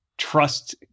trust